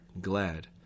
glad